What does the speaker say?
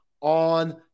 on